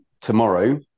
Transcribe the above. tomorrow